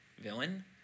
villain